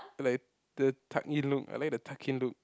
like the tuck in look I like the tucked in look